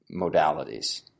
modalities